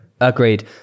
agreed